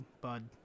bud